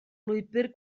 lwybr